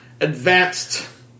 advanced